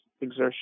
exertion